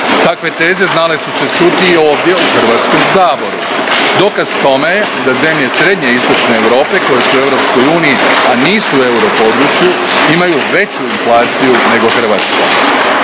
Takve teze znale su se čuti ovdje u HS-u, dokaz tome je da zemlje srednje i istočne Europe koje su u Europskoj uniji, a nisu u europodručju, imaju veću inflaciju nego Hrvatska.